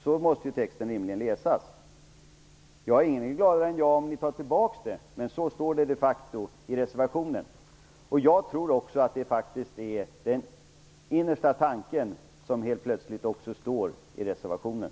Så måste ju texten rimligen läsas. Ingen vore gladare än jag om ni tog tillbaka det, men så står det de facto i reservationen. Jag tror också att det är er innersta tanke som helt plötsligt står i reservationen.